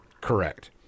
Correct